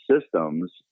systems